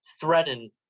threaten